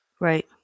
right